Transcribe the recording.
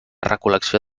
recol·lecció